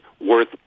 worth